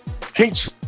teach